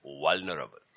vulnerable